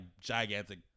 gigantic